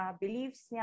beliefs